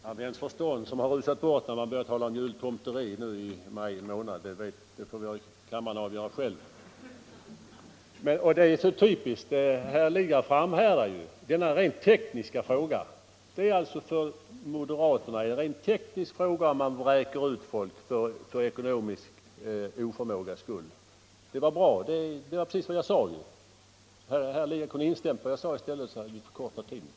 Herr talman! Vems förstånd som har rusat i väg när man börjar tala om jultomteri nu i maj månad det får kammaren själv avgöra. Det är så typiskt att herr Lidgard framhärdar. För moderaterna är det en rent teknisk fråga om man vräker ut folk på grund av ekonomisk oförmåga. Det var precis vad jag sade. Herr Lidgard hade kunnat instämma i mitt anförande så hade vi förkortat diskussionen.